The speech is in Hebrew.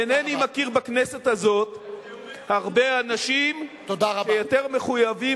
אינני מכיר בכנסת הזאת הרבה אנשים שיותר מחויבים